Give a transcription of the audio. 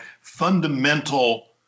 fundamental